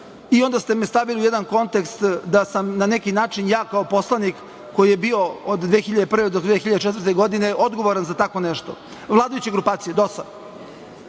i onda ste me stavili u jedan kontekst da sam na neki način ja kao poslanik koji je bio od 2001. godine do 2004. godine odgovoran za tako nešto, vladajuće grupacije DOS-a.